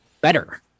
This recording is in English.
better